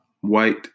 White